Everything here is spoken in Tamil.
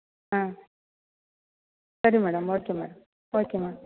ஆ சரி madam okay madam okay madam